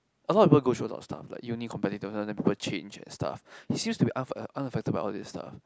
a lot of people go through a lot of stuff like uni competitor then after that people change and stuff he seems to be unaffect~ unaffected by all this stuff